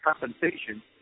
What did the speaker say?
compensation